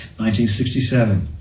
1967